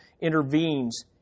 intervenes